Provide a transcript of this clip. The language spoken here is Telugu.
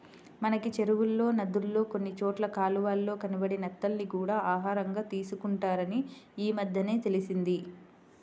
మనకి చెరువుల్లో, నదుల్లో కొన్ని చోట్ల కాలవల్లో కనబడే నత్తల్ని కూడా ఆహారంగా తీసుకుంటారని ఈమద్దెనే తెలిసింది